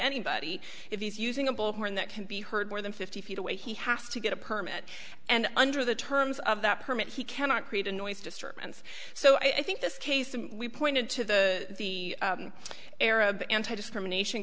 anybody if he's using a bullhorn that can be heard more than fifty feet away he has to get a permit and under the terms of that permit he cannot create a noise disturbance so i think this case we pointed to the the arab anti discrimination